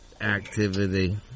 activity